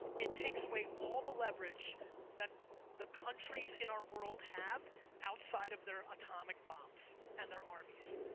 it takes away all the leverage that the countries in our world have outside of their atomic bombs and their armies.